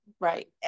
Right